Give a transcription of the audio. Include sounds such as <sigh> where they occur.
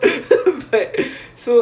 <laughs>